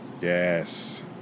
Yes